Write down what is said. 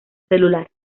celular